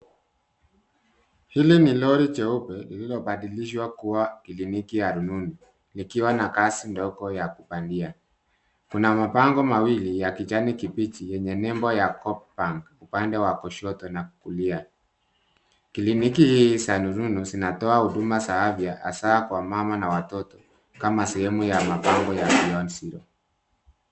Hili ni lori jeupe lililobadilishwa kuwa kliniki ya rununu likiwa na ngazi ndogo ya kupandia. Kuna mabango mawili ya kijani kibichi yenye nembo ya Co-op Bank upande wa kushoto na kulia. Kliniki hii za rununu zinatoa huduma za afya hasa kwa mama na watoto kama sehemu ya mabango ya Beyond Zero.